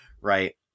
right